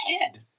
head